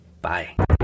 Bye